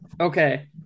Okay